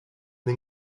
den